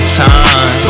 time